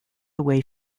away